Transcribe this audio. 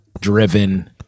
driven